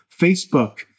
Facebook